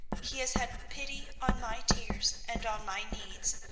he has had pity on my tears and on my needs.